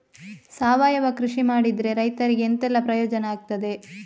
ಸಾವಯವ ಕೃಷಿ ಮಾಡಿದ್ರೆ ರೈತರಿಗೆ ಎಂತೆಲ್ಲ ಪ್ರಯೋಜನ ಆಗ್ತದೆ?